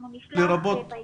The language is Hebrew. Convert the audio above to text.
אנחנו נשלח בהקדם.